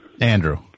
Andrew